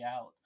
out